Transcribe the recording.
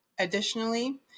Additionally